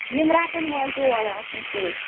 یِم رَٹَن وٲلۍ تہِ اورٕ آسان سۭتۍ